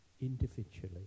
individually